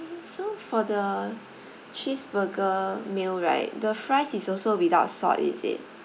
so for the cheese burger meal right the fries is also without salt is it